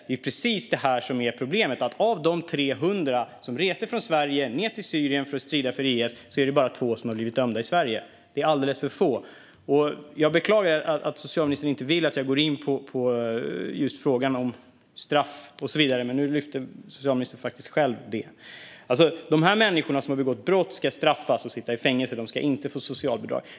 Det är precis detta som är problemet, alltså att av de 300 som reste från Sverige ned till Syrien för att strida för IS är det bara två som har blivit dömda i Sverige. Det är alldeles för få. Jag beklagar att socialministern inte vill att jag går in på just frågan om straff och så vidare. Men nu lyfte socialministern faktiskt själv fram den frågan. De människor som har begått brott ska straffas och sitta i fängelse, och de ska inte få socialbidrag.